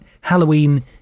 Halloween